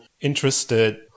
interested